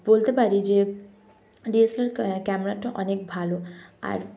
বলতে পারি যে ডি এস এল আর ক্যা ক্যামেরাটা অনেক ভালো আর